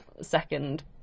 Second